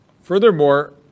furthermore